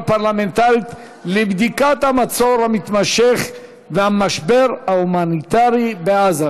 פרלמנטרית לבדיקת המצור המתמשך והמשבר ההומניטרי בעזה,